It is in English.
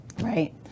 right